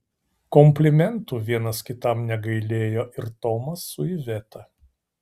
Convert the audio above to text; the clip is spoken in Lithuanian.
komplimentų vienas kitam negailėjo ir tomas su iveta